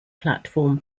platform